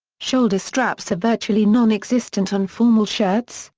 shoulder straps are virtually non-existent on formal shirts,